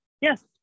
Yes